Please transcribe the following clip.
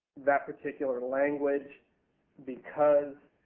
that particular language because